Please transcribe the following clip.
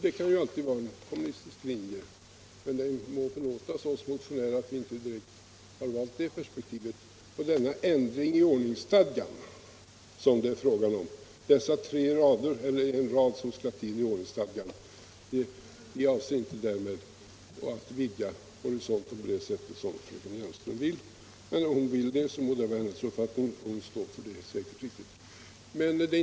Det kan ju vara en kommunistisk linje, men det må förlåtas oss motionärer om vi inte direkt har det perspektivet på den ändring i ordningsstadgan som det är fråga om. Vi avser inte att med den rad, som skall in i ordningsstadgan, vidga horisonten på det sätt som fröken Hjelmström vill.